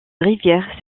rivière